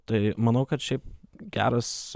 tai manau kad šiaip geras